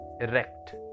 erect